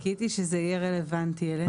חיכיתי שזה יהיה רלוונטי אלינו.